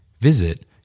Visit